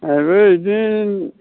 आंबो बिदिनो